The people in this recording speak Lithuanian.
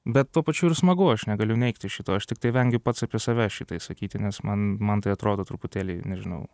bet tuo pačiu ir smagu aš negaliu neigti šito aš tiktai vengiu pats apie save šitai sakyti nes man man tai atrodo truputėlį nežinau